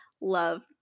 love